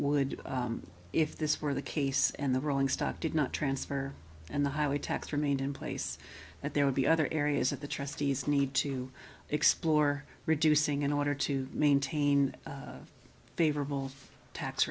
would if this were the case and the rolling stock did not transfer and the highly taxed remained in place and there would be other areas that the trustees need to explore reducing in order to maintain a favorable tax